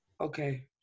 Okay